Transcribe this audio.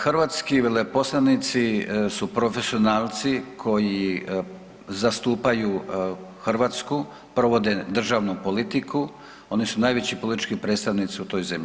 Hrvatski veleposlanici su profesionalci koji zastupaju Hrvatsku, provode državnu politiku, oni su najveći politički predstavnici u toj zemlji.